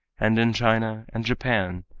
and in china, and japan,